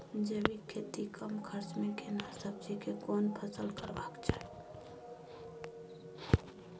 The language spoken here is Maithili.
जैविक खेती कम खर्च में केना सब्जी के कोन फसल करबाक चाही?